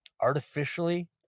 artificially